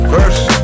First